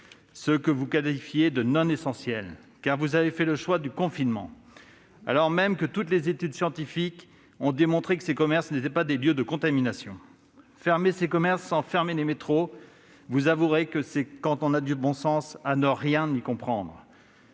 ceux que vous qualifiez de « non essentiels », parce que vous avez fait le choix du confinement, alors même que toutes les études scientifiques ont démontré que ces commerces n'étaient pas des lieux de contamination. Fermer ces commerces sans fermer les métros, vous avouerez que, quand on a du bon sens, c'est à n'y rien comprendre